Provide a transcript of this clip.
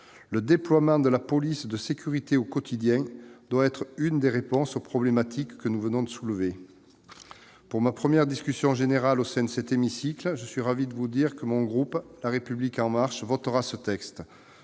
le déploiement de la police de sécurité du quotidien doit être l'une des réponses aux problématiques que nous venons de soulever. Pour ma première discussion générale au sein de cet hémicycle, je suis ravi de vous dire que le groupe La République En Marche votera ce texte.